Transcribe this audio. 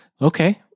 okay